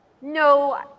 no